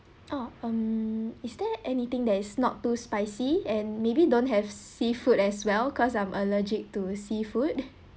oh um is there anything that is not too spicy and maybe don't have seafood as well because I'm allergic to seafood